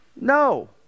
No